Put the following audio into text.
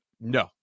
No